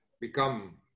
become